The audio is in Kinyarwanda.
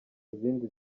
izindi